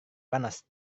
panas